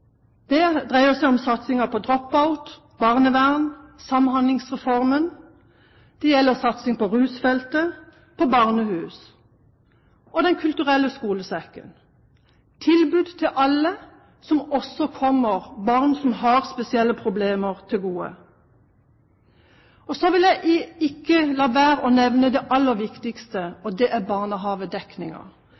Det dreier seg om satsing mot «drop-out», om barnevern, Samhandlingsreformen. Det gjelder satsing på rusfeltet, på barnehus og på Den kulturelle skolesekken – tilbud til alle som også kommer barn som har spesielle problemer, til gode. Så vil jeg ikke la være å nevne det aller viktigste. Det er